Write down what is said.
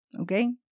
Okay